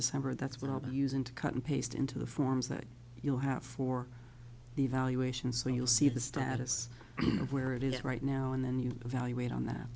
december that's what i'll be using to cut and paste into the forms that you'll have for evaluation so you'll see the status of where it is right now and then you evaluate on that